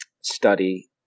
study